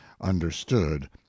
understood